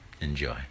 enjoy